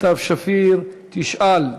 סתיו שפיר תשאל.